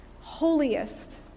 holiest